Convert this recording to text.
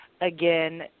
again